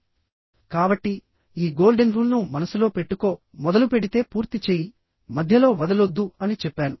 కాబట్టి ఈ golden rule ను మనసులో పెట్టుకో మొదలుపెడితే పూర్తి చేయి మధ్యలో వదలొద్దు అని చెప్పాను